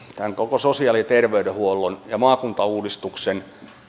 tämän koko sosiaali ja terveydenhuollon ja maakuntauudistuksen